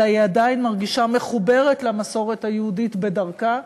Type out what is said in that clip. אלא היא עדיין מרגישה מחוברת למסורת היהודית בדרכה,